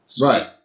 Right